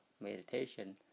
meditation